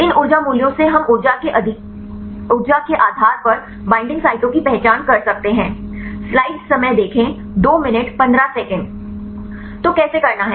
इन ऊर्जा मूल्यों से हम ऊर्जा के अधिकार के आधार पर बईंडिंग साइटों की पहचान कर सकते हैं तो कैसे करना है